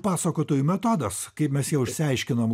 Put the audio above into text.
pasakotojų metodas kai mes jau išsiaiškinom